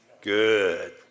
Good